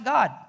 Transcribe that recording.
God